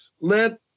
let